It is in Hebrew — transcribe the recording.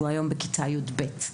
שהיום הוא בכיתה י"ב.